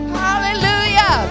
hallelujah